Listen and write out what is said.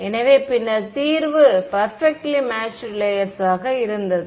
எனவே பின்னர் தீர்வு பர்பிக்ட்ல்லி மேட்ச்டு லேயேர்ஸ் ஆக இருந்தது